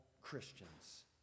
Christians